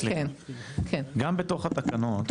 גם בתוך התקנות,